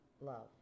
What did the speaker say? love